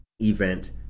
Event